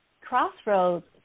Crossroads